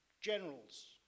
generals